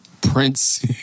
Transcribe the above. Prince